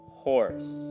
horse